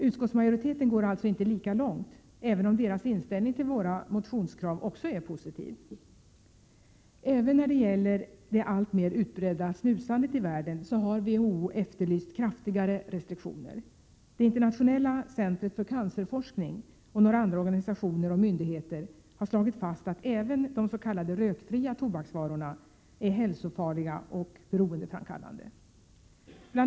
Utskottsmajoriteten går alltså inte lika långt, även om dess inställning till våra motionskrav också är positiv. Även när det gäller det alltmer utbredda snusandet i världen har WHO efterlyst kraftigare restriktioner. Det internationella centret för cancerforskning och några andra organisationer och myndigheter har slagit fast att även de s.k. rökfria tobaksvarorna är hälsofarliga och beroendeframkallande. Bl.